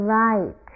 right